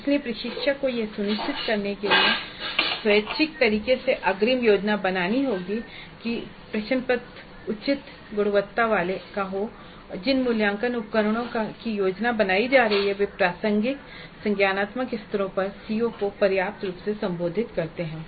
इसलिए प्रशिक्षक को यह सुनिश्चित करने के लिए स्वैच्छिक तरीके से अग्रिम योजना बनानी होगी कि प्रश्न पत्र उचित गुणवत्ता का हो तथा जिन मूल्यांकन उपकरणों की योजना बनाई जा रही है वे प्रासंगिक संज्ञानात्मक स्तरों पर सीओ को पर्याप्त रूप से संबोधित करते हैं